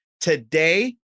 Today